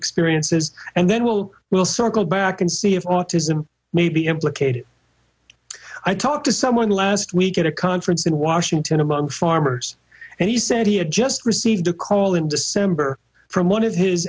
experiences and then we'll we'll circle back and see if autism may be implicated i talked to someone last week at a conference in washington among farmers and he said he had just received a call in december from one of his